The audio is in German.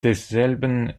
desselben